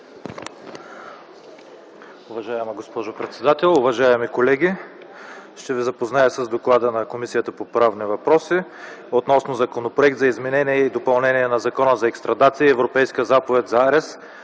Уважаема госпожо председател, уважаеми колеги! Ще Ви запозная с: „ДОКЛАД на Комисията по правни въпроси относно Законопроект за изменение и допълнение на Закона за екстрадицията и Европейската заповед за арест,